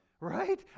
Right